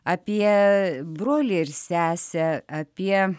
apie brolį ir sesę apie